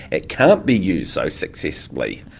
it can't be used so successfully.